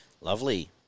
Lovely